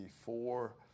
four